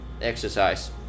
Exercise